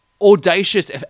audacious